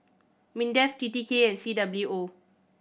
MINDEF T T K and C W O